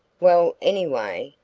well, anyway,